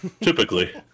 typically